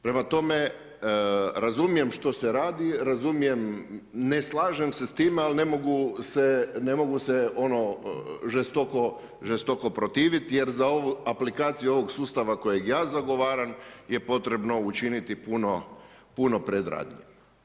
Prema tome, razumijem što se radi, razumijem, ne slažem se s time, ali ne mogu se ono, žestoko protiviti, jer za ovu aplikaciju, ovog sustava kojeg ja zagovaram, je potrebno učiniti puno predradnji.